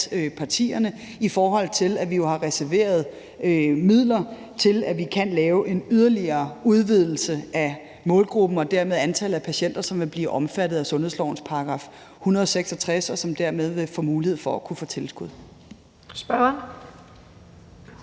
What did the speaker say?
bordet, i forhold til at vi jo har reserveret midler til, at vi kan lave en yderligere udvidelse af målgruppen og dermed antallet af patienter, som vil blive omfattet af sundhedslovens § 166, og som dermed vil få mulighed for at få tilskud.